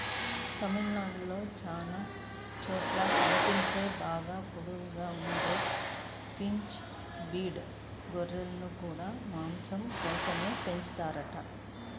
తమిళనాడులో చానా చోట్ల కనిపించే బాగా పొడుగ్గా ఉండే షీప్ బ్రీడ్ గొర్రెలను గూడా మాసం కోసమే పెంచుతారంట